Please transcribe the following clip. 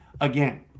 again